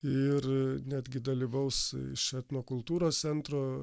ir netgi dalyvaus iš etnokultūros centro